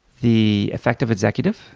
the effective executive.